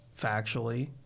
factually